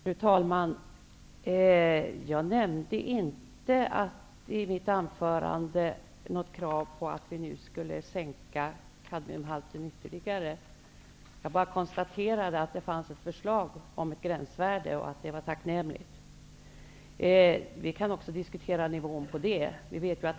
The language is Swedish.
Fru talman! Jag nämnde inte i mitt anförande något krav på att vi nu skulle sänka kadmiumhalten ytterligare. Jag bara konstaterade att det fanns ett förslag om ett gränsvärde och att det var tacknämligt. Vi kan också diskutera nivån på det gränsvärdet.